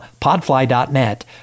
podfly.net